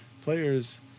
Players